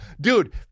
Dude